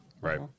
Right